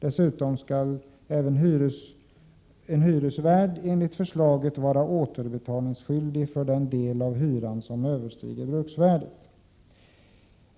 Dessutom skall en hyresvärd enligt förslaget vara återbetalningsskyldig för den del av hyran som överstiger bruksvärdet.